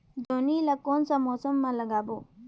जोणी ला कोन मौसम मा लगाबो?